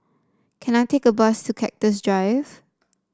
can I take a bus to Cactus Drive